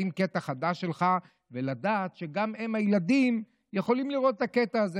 לשים קטע חדש שלך ולדעת שגם הם הילדים יכולים לראות את הקטע הזה,